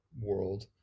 world